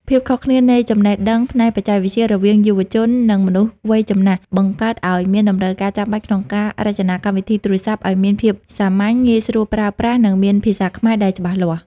ភាពខុសគ្នានៃចំណេះដឹងផ្នែកបច្ចេកវិទ្យារវាងយុវជន និងមនុស្សវ័យចំណាស់ បង្កើតឱ្យមានតម្រូវការចាំបាច់ក្នុងការរចនាកម្មវិធីទូរស័ព្ទឱ្យមានភាពសាមញ្ញ ងាយស្រួលប្រើប្រាស់ និងមានភាសាខ្មែរដែលច្បាស់លាស់។